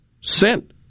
sent